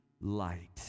light